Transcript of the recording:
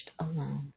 alone